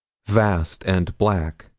vast and black.